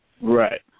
Right